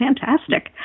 Fantastic